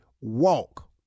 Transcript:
walk